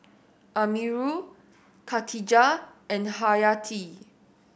Amirul Khatijah and Haryati